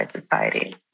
society